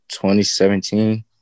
2017